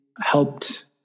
helped